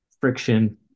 friction